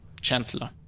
chancellor